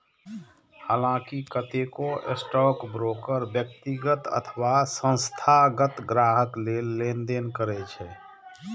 हलांकि कतेको स्टॉकब्रोकर व्यक्तिगत अथवा संस्थागत ग्राहक लेल लेनदेन करै छै